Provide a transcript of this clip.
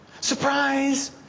Surprise